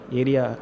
area